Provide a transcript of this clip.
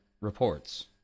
reports